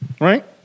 Right